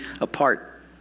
apart